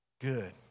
Good